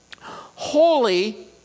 Holy